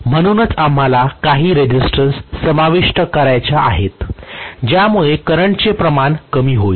म्हणूनच आम्हाला काही रेसिस्टन्स समाविष्ट करायच्या आहेत ज्यामुळे करंटचे प्रमाण कमी होईल